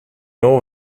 know